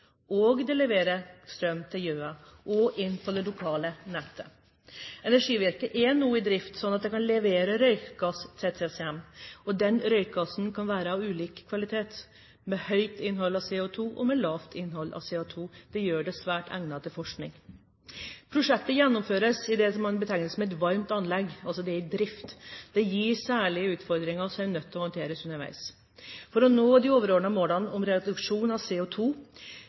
og det leverer strøm til Gjøa og inn på det lokale nettet. Energiverket er nå i drift, slik at det kan levere røykgass til TCM. Den røykgassen kan være av ulik kvalitet, med høyt innhold av CO2 og med lavt innhold av CO2. Det gjør det svært godt egnet til forskning. Prosjektet gjennomføres i det man betegner som et varmt anlegg – det er i drift. Det gir særlige utfordringer som man er nødt til å håndtere underveis. For å nå de overordnede målene om reduksjon av